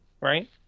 right